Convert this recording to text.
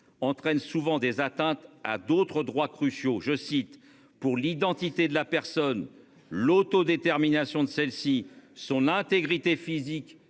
entraîne souvent des atteintes à d'autres droits cruciaux je cite pour l'identité de la personne l'autodétermination de celle-ci son intégrité physique